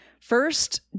first